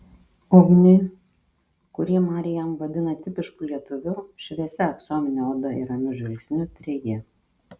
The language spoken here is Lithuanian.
ugniui kurį mariam vadina tipišku lietuviu šviesia aksomine oda ir ramiu žvilgsniu treji